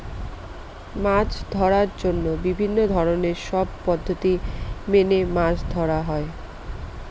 মাছ ধরার জন্য বিভিন্ন ধরনের সব পদ্ধতি মেনে মাছ ধরা হয়